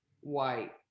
white